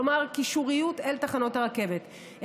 כלומר קישוריות אל תחנות הרכבת.